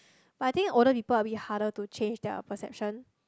but I think older people a bit harder to change their perception